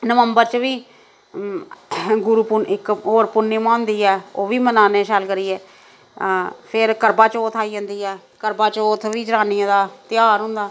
नवम्बर च बी गुरू पु'न्नेआ इक होर पुर्णिमा होंदी ऐ ओह् बी मनाने शैल करियै अं फिर करवाचौथ आई जंदी ऐ करवाचौथ बी जनानियें दा ध्यार होंदा